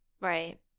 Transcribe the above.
right